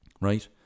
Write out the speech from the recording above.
right